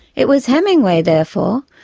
it was hemingway, therefore,